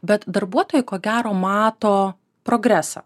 bet darbuotojai ko gero mato progresą